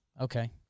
Okay